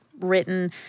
written